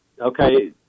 okay